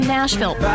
Nashville